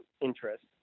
interest